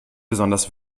besonders